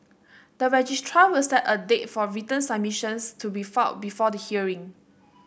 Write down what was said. the registrar will set a date for written submissions to be filed before the hearing